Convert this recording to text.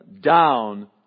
down